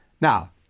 Now